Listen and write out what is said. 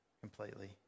completely